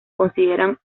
consideran